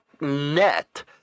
net